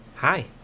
Hi